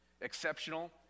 exceptional